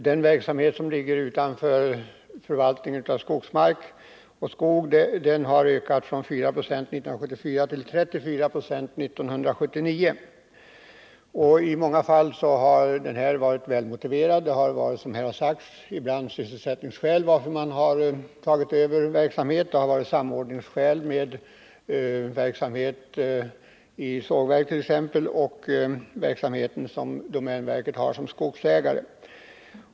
Den verksamhet som ligger utanför förvaltning av skogsmark har ökat från 4 96 år 1974 till 34 26 år 1979. I många fall har denna expansion varit välmotiverad. Som här har sagts har ibland verksamhet tagits över av sysselsättningsskäl, och ibland har skälet varit samordning med verksamhet i t.ex. sågverk och den verksamhet som domänverket bedriver som skogsägare.